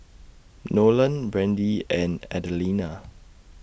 Nolen Brandi and Adelina